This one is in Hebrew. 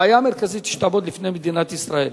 הבעיה המרכזית שתעמוד בפני מדינת ישראל